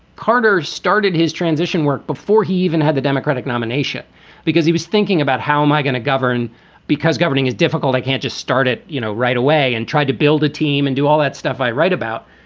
carter started his transition work before he even had the democratic nomination because he was thinking about how am i going to govern because governing is difficult. i can't just start at. you know, right away and tried to build a team and do all that stuff i write about.